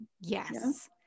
Yes